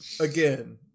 Again